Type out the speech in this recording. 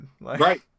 Right